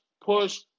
push